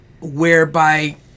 whereby